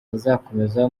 bazakomeza